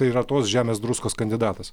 tai yra tos žemės druskos kandidatas